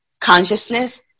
consciousness